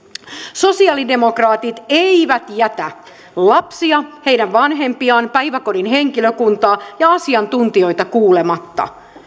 sosialidemokraatit eivät jätä lapsia heidän vanhempiaan päiväkodin henkilökuntaa ja asiantuntijoita kuulematta